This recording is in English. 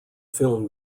film